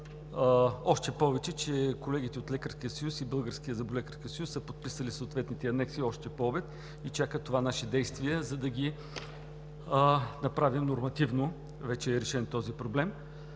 Още повече че колегите от Лекарския съюз и Българския зъболекарски съюз са подписали съответните анекси още по обед и чакат това наше действие, за да ги направим нормативно. Вече е решен този проблем.